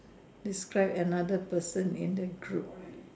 describe another person in the group